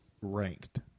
ranked